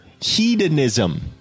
hedonism